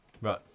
Right